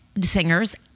Singers